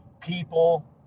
People